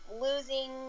losing –